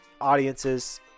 audiences